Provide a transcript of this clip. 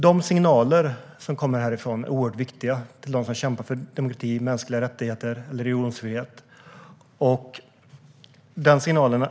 De signaler som kommer härifrån till dem som kämpar för demokrati, mänskliga rättigheter och religionsfrihet är oerhört viktiga.